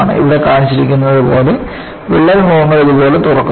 ഇവിടെ കാണിച്ചിരിക്കുന്നതുപോലെ വിള്ളൽ മുഖങ്ങൾ ഇതുപോലെ തുറക്കുന്നു